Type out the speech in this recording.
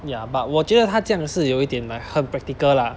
ya but 我觉得他这样是有一点 like 很 practical lah